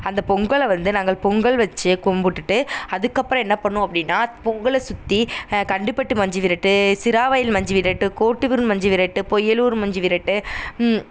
அந்த பொங்கலை வந்து நாங்கள் பொங்கல் வெச்சு கும்பிட்டுட்டு அதுக்கப்புறம் என்ன பண்ணுவோம் அப்படின்னா பொங்கலை சுற்றி கண்டுபட்டு மஞ்சு விரட்டு சிராவயல் மஞ்சு விரட்டு கோட்டுவீர் மஞ்சு விரட்டு பொய்யலூர் மஞ்சு விரட்டு